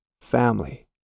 family